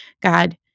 God